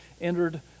entered